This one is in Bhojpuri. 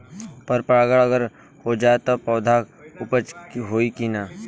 पर परागण अगर हो जाला त का पौधा उपज होई की ना?